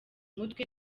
umutwe